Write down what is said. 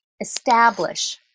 establish